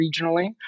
regionally